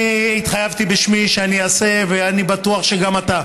אני התחייבתי בשמי שאני אעשה, ואני בטוח שגם אתה,